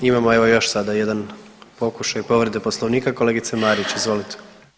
Imamo evo još sada jedan pokušaj povrede Poslovnika, kolegice Marić izvolite.